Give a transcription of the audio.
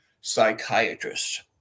psychiatrists